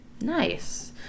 nice